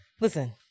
Listen